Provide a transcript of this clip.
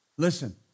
Listen